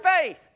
faith